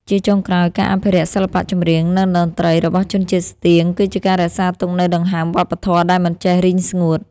ជាចុងក្រោយ ការអភិរក្សសិល្បៈចម្រៀង និងតន្ត្រីរបស់ជនជាតិស្ទៀង គឺជាការរក្សាទុកនូវដង្ហើមវប្បធម៌ដែលមិនចេះរីងស្ងួត។